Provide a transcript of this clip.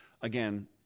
again